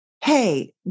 hey